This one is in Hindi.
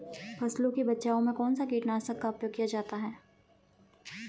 फसलों के बचाव में कौनसा कीटनाशक का उपयोग किया जाता है?